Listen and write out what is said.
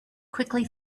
quickly